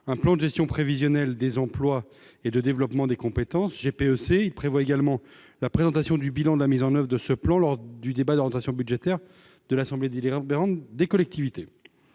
un plan de gestion prévisionnelle des emplois et de développement des compétences. Il prévoit également la présentation du bilan de la mise en oeuvre de ce plan lors du débat d'orientation budgétaire de l'assemblée délibérante des collectivités.